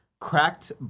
cracked